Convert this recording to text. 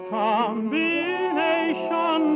combination